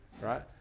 right